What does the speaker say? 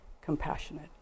compassionate